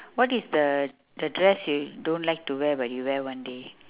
what is the the dress you don't like to wear but you wear one day